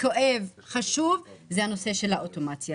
כואב וחשוב הוא הנושא של האוטומציה.